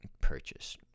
purchase